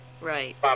right